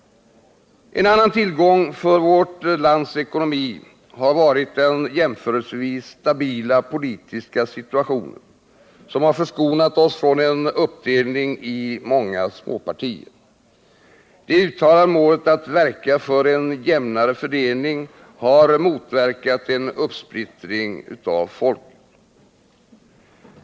En annan tillgång för vårt lands ekonomi har varit den jämförelsevis stabila politiska situationen, som har förskonat oss från en uppdelning i många småpartier. Det uttalade målet att verka för en jämnare fördelning har motverkat en uppsplittring av folket.